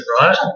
right